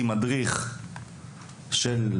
עשינו את זה עם מדריך של המסעות,